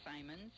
Simons